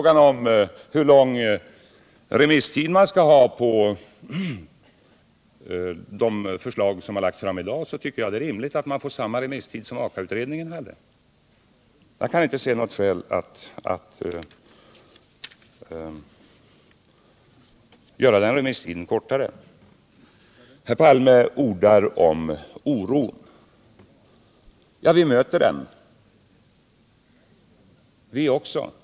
På frågan om hur lång remisstid man bör ha i anslutning till de förslag som har lagts fram i dag vill jag svara, att jag tycker att det är rimligt att man här anger samma remisstid som Aka-utredningen hade. Jag kan inte se något skäl till att göra den nu aktuella remisstiden kortare. Herr Palme ordar om oron i samhället.